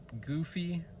goofy